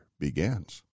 begins